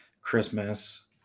Christmas